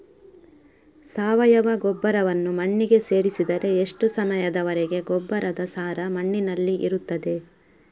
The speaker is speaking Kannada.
ಸಾವಯವ ಗೊಬ್ಬರವನ್ನು ಮಣ್ಣಿಗೆ ಸೇರಿಸಿದರೆ ಎಷ್ಟು ಸಮಯದ ವರೆಗೆ ಗೊಬ್ಬರದ ಸಾರ ಮಣ್ಣಿನಲ್ಲಿ ಇರುತ್ತದೆ?